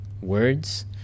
words